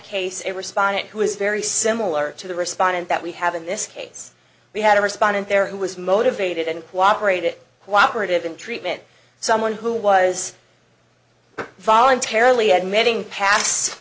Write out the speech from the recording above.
respondent who is very similar to the respondent that we have in this case we had a respondent there who was motivated and cooperated cooperative in treatment someone who was voluntarily admitting pas